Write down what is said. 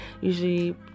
usually